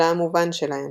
אלא המובן שלהם,